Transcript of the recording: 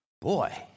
boy